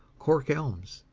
cork elms,